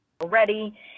already